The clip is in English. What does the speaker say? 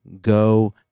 Go